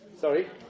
sorry